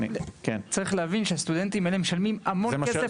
צריך להבין שהסטודנטים האלה משלמים המון כסף לאוניברסיטאות.